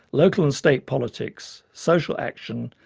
local and state politics, social action,